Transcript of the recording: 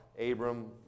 Abram